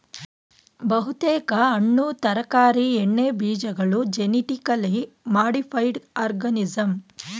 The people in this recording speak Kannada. ಬಹುತೇಕ ಹಣ್ಣು ತರಕಾರಿ ಎಣ್ಣೆಬೀಜಗಳು ಜೆನಿಟಿಕಲಿ ಮಾಡಿಫೈಡ್ ಆರ್ಗನಿಸಂ